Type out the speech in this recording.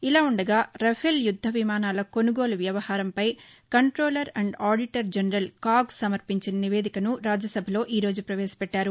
ఇలాపుండగా Rafale యుద్ద విమానాల కొనుగోలు వ్యవహారంపై controller and auditor general CAG సమర్పించిన నివేదికను రాజ్యసభలో ఈ రోజు ప్రవేశపెట్టారు